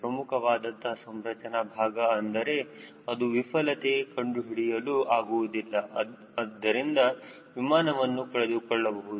ಪ್ರಮುಖವಾದಂತಹ ಸಂರಚನಾ ಭಾಗ ಅಂದರೆ ಅದರ ವಿಫಲತೆ ಕಂಡುಹಿಡಿಯಲು ಆಗುವುದಿಲ್ಲ ಅದರಿಂದ ವಿಮಾನವನ್ನು ಕಳೆದುಕೊಳ್ಳಬಹುದು